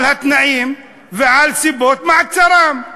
על התנאים ועל סיבות מעצרם.